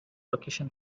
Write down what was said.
location